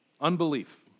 unbelief